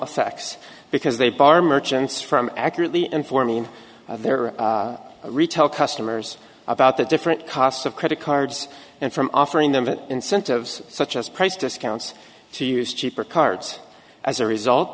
effects because they bar merchants from accurately informing their retail customers about the different costs of credit cards and from offering them incentives such as price discounts to use cheaper cards as a result